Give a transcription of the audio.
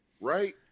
Right